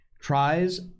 tries